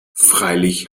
freilich